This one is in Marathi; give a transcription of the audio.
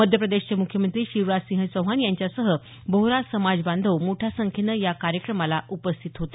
मध्यप्रदेशचे मुख्यमंत्री शिवराजसिंह चौहान यांच्यासह बोहरा समाज बांधव मोठ्या संख्येनं या कार्यक्रमाला उपस्थित होते